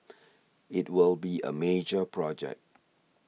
it will be a major project